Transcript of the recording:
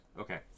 Okay